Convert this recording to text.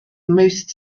most